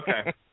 Okay